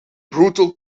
brutal